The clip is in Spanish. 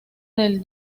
del